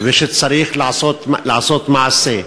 ושצריך לעשות מעשה,